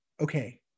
Okay